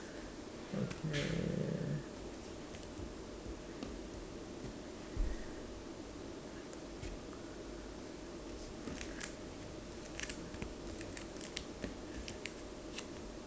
uh